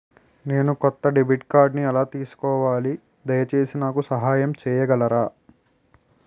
నేను కొత్త డెబిట్ కార్డ్ని ఎలా తీసుకోవాలి, దయచేసి నాకు సహాయం చేయగలరా?